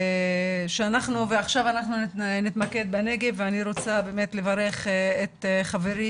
ועכשיו אנחנו נתמקד בנגב ואני רוצה לברך את חברי